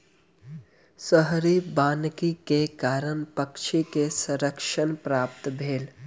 शहरी वानिकी के कारण पक्षी के संरक्षण प्राप्त भेल